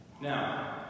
Now